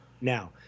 Now